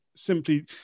Simply